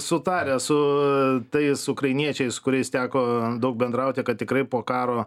sutarę su tais ukrainiečiais kuriais teko daug bendrauti kad tikrai po karo